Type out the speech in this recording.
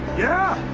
yeah.